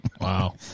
Wow